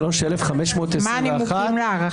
מה הנימוקים להארכה?